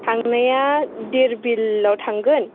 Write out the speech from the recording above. थांनाया धीर बिलाव थांगोन